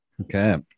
Okay